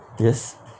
yes